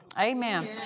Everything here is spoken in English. Amen